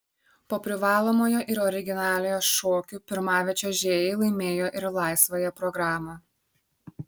po privalomojo ir originaliojo šokių pirmavę čiuožėjai laimėjo ir laisvąją programą